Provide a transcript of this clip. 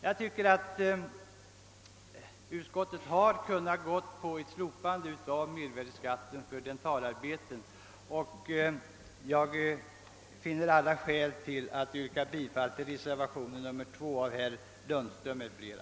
Jag tycker att utskottet hade kunnat gå in för ett slopande av mervärdeskatten för dentalarbeten, och jag finner alla skäl till att yrka bifall till reservationen 2 av herr Lundström m.fl.